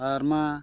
ᱟᱨ ᱚᱱᱟ